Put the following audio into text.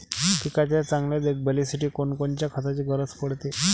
पिकाच्या चांगल्या देखभालीसाठी कोनकोनच्या खताची गरज पडते?